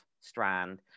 strand